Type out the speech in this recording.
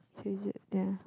to use it ya